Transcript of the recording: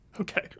Okay